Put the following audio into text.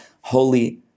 holy